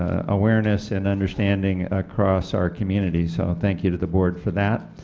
awareness and understanding across our communities so thank you to the board for that.